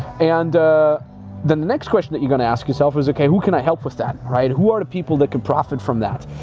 and the next question that you're gonna ask yourself is okay, who can i help with that, right? who are the people that could profit from that?